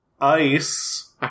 Ice